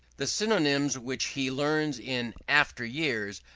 the synonyms which he learns in after years,